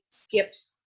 skipped